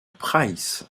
price